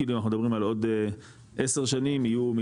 כאילו אנחנו מדברים על עוד 10 שנים יהיו 1.5